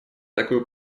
такую